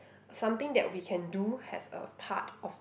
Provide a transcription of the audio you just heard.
something that we can do has a part of